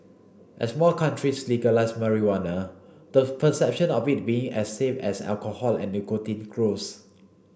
as more countries legalise marijuana those perception of it being as safe as alcohol and nicotine grows